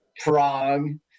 prong